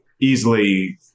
easily